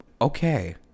Okay